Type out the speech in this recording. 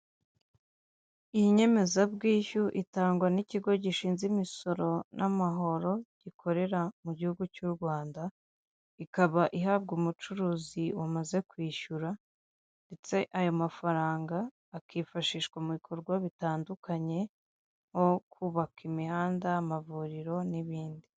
Iyi nyemezabwishyu itangwa n'ikigo gishinze imisoro n'amahoro gikorera mu gihugu cy'u Rwanda ikaba ihabwa umucuruzi wamaze kwishyura ndetse ayo mafaranga akifashishwa mu bikorwa bitandukanye nko kubaka imihanda, amavuriro n'ibindi.